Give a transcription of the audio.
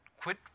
quit